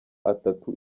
atatu